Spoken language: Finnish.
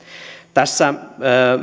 tässä